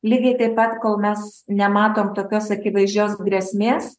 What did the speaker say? lygiai taip pat kol mes nematom tokios akivaizdžios grėsmės